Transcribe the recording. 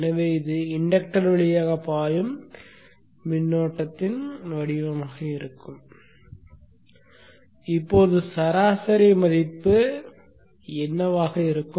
எனவே இது இன்டக்டர்கள் வழியாக பாயும் மின்னோட்டத்தின் வடிவமாக இருக்கும் இப்போது சராசரி மதிப்பு என்னவாக இருக்கும்